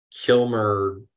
kilmer